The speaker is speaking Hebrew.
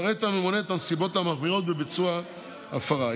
יפרט הממונה את הנסיבות המחמירות בביצוע הפרה,